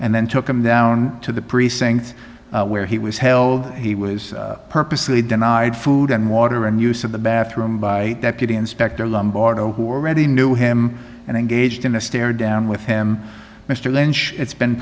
and then took him down to the precinct where he was held he was purposely denied food and water and use of the bathroom by deputy inspector lombardo who are already knew him and engaged in a stare down with him mr lynch it's